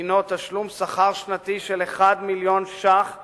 הינו תשלום שכר שנתי של מיליון שקלים